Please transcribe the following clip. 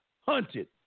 hunted